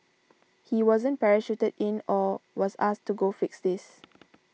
he wasn't parachuted in or was asked to go fix this